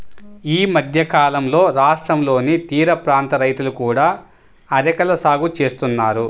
ఈ మధ్యకాలంలో రాష్ట్రంలోని తీరప్రాంత రైతులు కూడా అరెకల సాగు చేస్తున్నారు